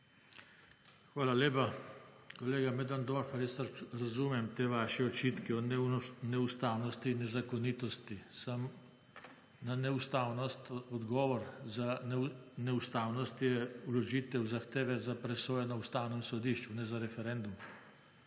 Hvala lepa. Kolega Möderndorfer, jaz razumem te vaše očitke o neustavnosti, nezakonitosti. Samo na neustavnost odgovor, neustavnost je vložitev zahteve za presojo na Ustavnem sodišču ne za referendum,